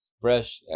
Fresh